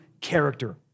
character